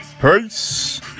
Peace